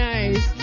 Nice